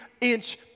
inch